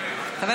פטור מחובת הנחה.